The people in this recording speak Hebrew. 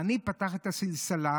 העני פתח את הסלסלה